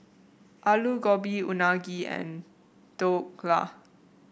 Alu Gobi Unagi and Dhokla